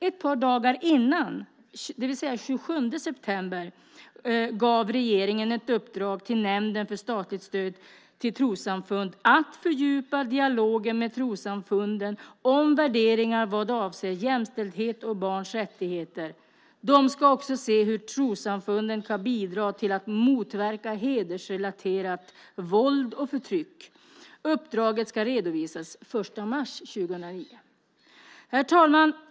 Ett par dagar innan, den 27 september, gav regeringen ett uppdrag till Nämnden för statligt stöd till trossamfund att fördjupa dialogen med trossamfunden om värderingar vad avser jämställdhet och barns rättigheter. De ska också titta på hur trossamfunden kan bidra till att motverka hedersrelaterat våld och förtryck. Uppdraget ska redovisas den 1 mars 2009. Herr talman!